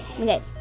okay